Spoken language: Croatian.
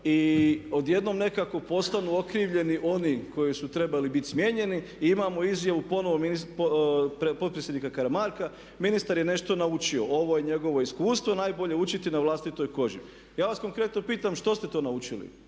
i odjednom nekako postanu okrivljeni oni koji su trebali biti smijenjeni i imamo izjavu potpredsjednika Karamarka, ministar je nešto naučio, ovo je njegovo iskustvo, najbolje je učiti na vlastitoj koži. Ja vas konkretno pitam što ste to naučili?